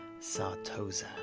Sartosa